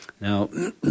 Now